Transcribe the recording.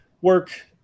work